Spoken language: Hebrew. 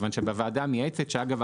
מכיוון שבוועדה המייעצת שאגב,